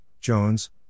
Jones